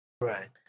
right